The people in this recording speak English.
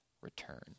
return